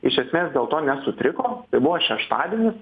iš esmės dėl to nesutriko buvo šeštadienis